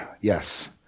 yes